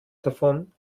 davon